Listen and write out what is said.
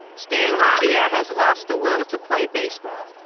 stan javier has lost the will to play baseball.